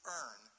earn